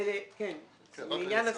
לעניין ה-FATKA,